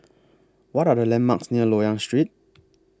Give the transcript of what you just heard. What Are The landmarks near Loyang Street